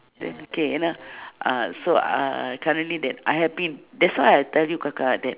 then k you know uh so uh currently that I happy that's why I tell you kakak that